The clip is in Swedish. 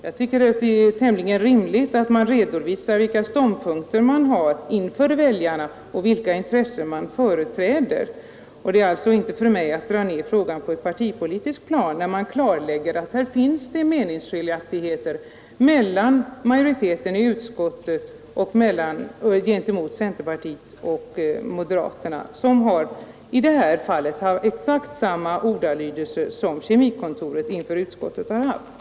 Jag tycker det är rimligt att man redovisar vilka ståndpunkter man har inför väljarna och vilka intressen man företräder. Det innebär alltså inte för mig att man drar ner frågan på ett partipolitiskt plan, när man klarlägger att här finns det meningskiljaktigheter mellan å ena sidan majoriteten i utskottet och å andra sidan centerpartisterna och moderaterna som i detta fall har använt exakt samma ordalag som Kemikontoret inför utskottet har använt.